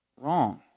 Wrong